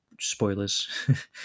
Spoilers